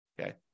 Okay